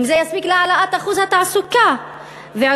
אם זה יספיק להעלאת אחוז התעסוקה ועידוד